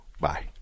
Bye